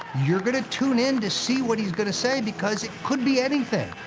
you're going to tune in to see what he's going to say because it could be anything.